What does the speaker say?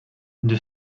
deux